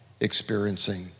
experiencing